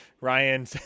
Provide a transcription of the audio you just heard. Ryan